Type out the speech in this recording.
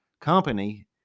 company